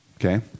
okay